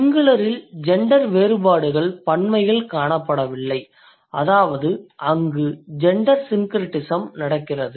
singular இல் gender வேறுபாடுகள் பன்மையில் காணப்படவில்லை அதாவது அங்கு ஜெண்டர் syncretism நடக்கிறது